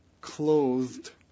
clothed